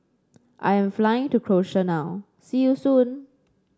I am flying to Croatia now see you soon